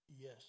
Yes